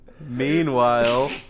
Meanwhile